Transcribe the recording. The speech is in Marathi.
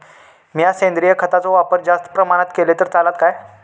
मीया सेंद्रिय खताचो वापर जास्त प्रमाणात केलय तर चलात काय?